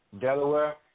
Delaware